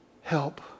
Help